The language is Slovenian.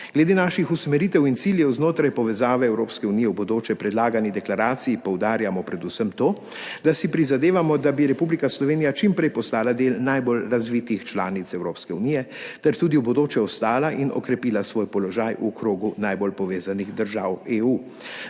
Glede naših usmeritev in ciljev znotraj povezave Evropske unije v bodoče v predlagani deklaraciji poudarjamo predvsem to, da si prizadevamo, da bi Republika Slovenija čim prej postala del najbolj razvitih članic Evropske unije ter tudi v bodoče ostala in okrepila svoj položaj v krogu najbolj povezanih držav EU.